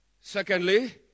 Secondly